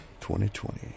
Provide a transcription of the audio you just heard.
2020